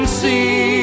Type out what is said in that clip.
see